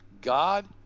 God